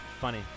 funny